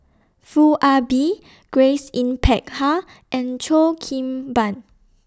Foo Ah Bee Grace Yin Peck Ha and Cheo Kim Ban